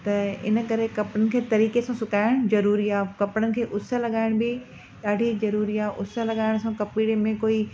त इनकरे कपिड़नि खे तरीक़े सां सुकाइणु ज़रूरी आहे कपिड़नि खे उस लॻाइण बि ॾाढी ज़रूरी आहे उस लॻाइण सां कपिड़े में कोई